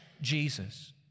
Jesus